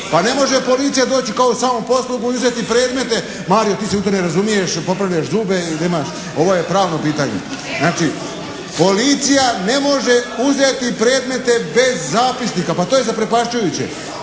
A ne može policija doći kao u samoposlugu i uzeti predmete. Mario ti se u to ne razumiješ, popravljaš zube i nemaš, ovo je pravno pitanje. Znači policija ne može uzeti predmete bez zapisnika. Pa to je zaprepašćujuće.